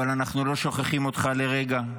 אבל אנחנו לא שוכחים אותך לרגע,